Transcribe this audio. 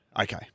Okay